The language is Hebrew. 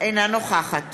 אינה נוכחת